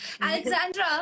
alexandra